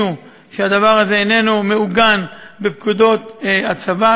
שהדבר הזה איננו מעוגן בפקודות הצבא,